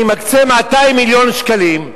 אני מקצה 200 מיליון שקלים,